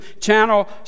channel